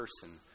person